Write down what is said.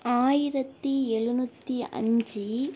ஆயிரத்து எழுநூற்றி அஞ்சு